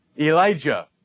Elijah